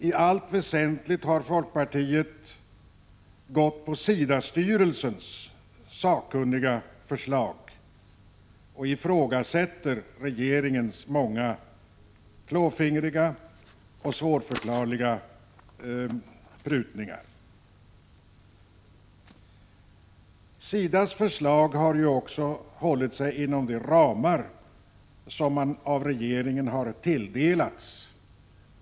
I allt väsentligt har folkpartiet följt SIDA-styrelsens sakkunniga förslag och ifrågasätter regeringens många klåfingriga och svårförklarliga prutningar. SIDA:s förslag har ju också hållit sig inom de ramar som man fått av regeringen.